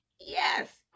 Yes